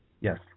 Yes